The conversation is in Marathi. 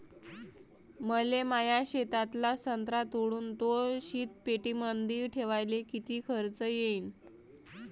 मले माया शेतातला संत्रा तोडून तो शीतपेटीमंदी ठेवायले किती खर्च येईन?